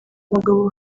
mugabo